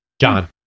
John